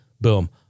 Boom